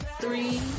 Three